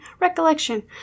Recollection